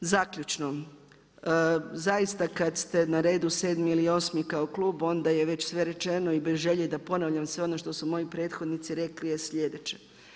Zaključno, zaista kada ste na redu 7. ili 8. kao klub onda je već sve rečeno i bez želje da ponavljam sve ono što su moji prethodnici rekli je sljedeće.